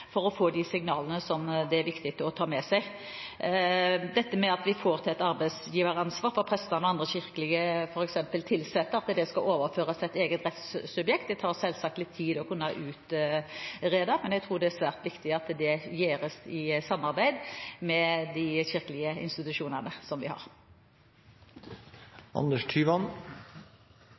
for å få de signalene som er viktig å ta med seg. Dette med at arbeidsgiveransvaret for prestene og andre kirkelig tilsatte skal overføres til et eget rettssubjekt, tar selvsagt litt tid å utrede, men jeg tror det er svært viktig at dette gjøres i samarbeid med de kirkelige institusjonene vi har. Trosopplæringsreformen beskrives av Stoltenberg-regjeringen som fullfinansiert i neste års budsjett. Nå hørte vi